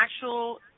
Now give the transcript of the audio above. actual